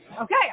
Okay